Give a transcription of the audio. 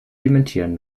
dementieren